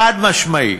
חד-משמעית.